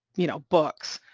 you know, books,